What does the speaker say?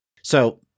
So-